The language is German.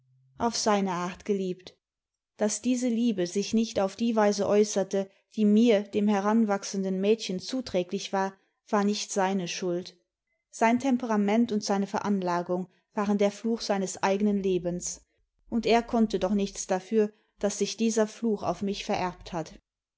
auf seine art geliebt daß diese liebe sich nicht auf die weise äußerte die mir dem heranwachsenden mädchen zuträglich war war nicht seine schuld sein temperament und seine veranlagung waren der fluch seines eigenen lebens und er konnte doch nichts dafür daß sich dieser fluch auf mich vererbt hat